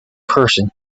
person